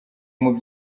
muri